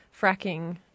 fracking